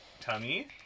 tummy